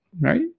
right